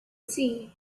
sea